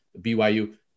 BYU